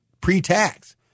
pre-tax